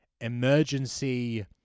emergency